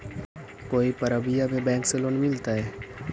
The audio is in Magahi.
कोई परबिया में बैंक से लोन मिलतय?